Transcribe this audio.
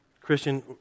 Christian